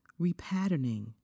repatterning